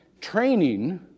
Training